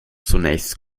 zunächst